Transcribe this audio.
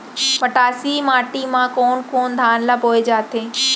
मटासी माटी मा कोन कोन धान ला बोये जाथे?